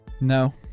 No